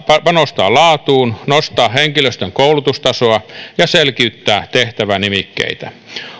panostaa laatuun nostaa henkilöstön koulutustasoa ja selkiyttää tehtävänimikkeitä